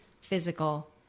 physical